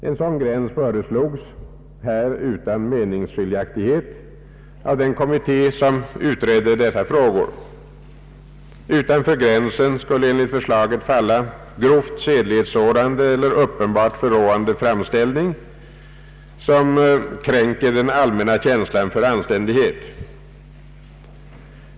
En sådan gräns föreslogs, här utan meningsskiljaktighet, av den kommitté som utredde dessa frågor. Utanför gränsen skulle enligt förslaget falla grovt sedlighetssårande eller uppenbart förråande framställning som kränker den allmänna känslan för anständighet.